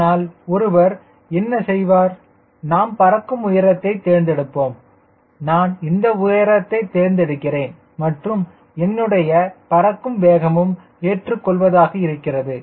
ஆனால் ஒருவர் என்ன செய்வார் நாம் பறக்கும் உயரத்தை தேர்ந்தெடுப்போம் நான் இந்த உயரத்தை தேர்ந்தெடுக்கிறேன் மற்றும் என்னுடைய பறக்கும் வேகமும் ஏற்றுக்கொள்வதாக இருக்கிறது